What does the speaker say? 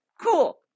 Cool